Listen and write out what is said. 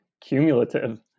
cumulative